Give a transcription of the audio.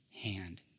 hand